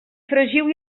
fregiu